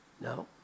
No